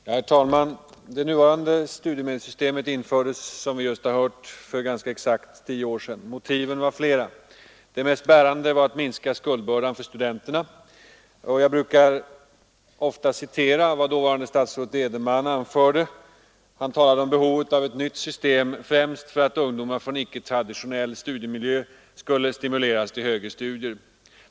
Herr talman! Det nuvarande studiemedelssystemet infördes, som vi just hört, för nästan exakt tio år sedan. Motiven var flera. Det mest bärande var att minska skuldbördan för studenterna. Jag brukar ofta citera vad dåvarande statsrådet Edenman anförde vid det tillfället. Han talade om behovet av ett nytt system, främst för att ungdomar från icke-traditionell studiemiljö skulle stimuleras till högre studier.